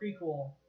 prequel